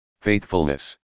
faithfulness